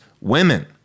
women